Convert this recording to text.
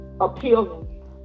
appealing